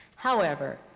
however,